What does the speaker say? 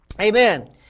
Amen